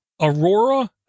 Aurora